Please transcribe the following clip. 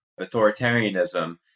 authoritarianism